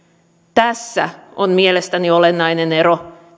tässä on mielestäni olennainen ero